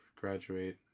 graduate